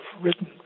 written